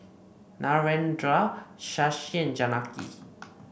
Narendra Shashi and Janaki